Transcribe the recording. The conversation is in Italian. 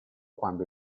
quando